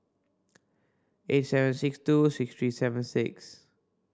eight seven six two six three seven six